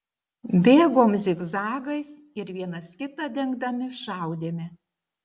bėgom zigzagais ir vienas kitą dengdami šaudėme